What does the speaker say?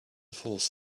false